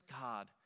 God